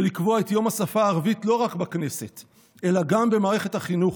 ולקבוע את יום השפה הערבית לא רק בכנסת אלא גם במערכת החינוך,